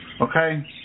okay